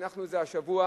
הנחנו את זה השבוע,